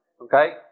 Okay